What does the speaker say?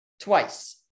twice